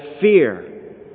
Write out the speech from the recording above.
fear